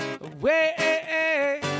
away